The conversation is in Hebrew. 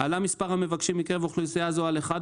עלה מספר המבקשים מקרב אוכלוסייה זו על אחד,